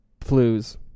flues